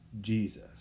Jesus